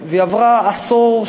והיא עברה עשור,